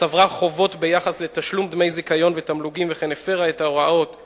צברה חובות ביחס לתשלום דמי זיכיון ותמלוגים וכן הפירה את ההוראה